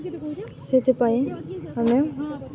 ସେଥିପାଇଁ ଆମେ